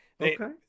okay